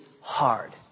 hard